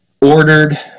ordered